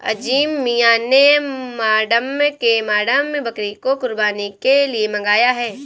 अजीम मियां ने मांड्या से मांड्या बकरी को कुर्बानी के लिए मंगाया है